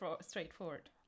straightforward